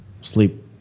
sleep